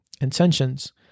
intentions